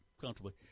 comfortably